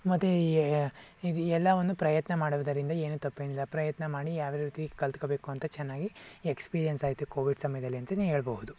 ಮತ್ತು ಈ ಇದು ಎಲ್ಲವನ್ನು ಪ್ರಯತ್ನ ಮಾಡುವುದರಿಂದ ಏನು ತಪ್ಪೇನಿಲ್ಲ ಪ್ರಯತ್ನ ಮಾಡಿ ಯಾವ್ಯಾವ ರೀತಿ ಕಲಿತ್ಕೋಬೇಕು ಅಂತ ಚೆನ್ನಾಗಿ ಎಕ್ಸ್ಪೀರಿಯನ್ಸ್ ಆಯಿತು ಕೋವಿಡ್ ಸಮಯಲ್ಲಾಂತನೇ ಹೇಳ್ಬೋದು